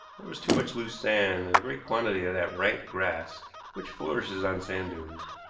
there was too much loose sand, and a great quantity of that rank grass which flourishes on sand dunes.